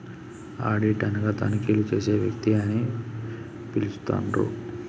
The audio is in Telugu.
ఆడిట్ అనగా తనిఖీలు చేసే వ్యక్తి అని పిలుత్తండ్రు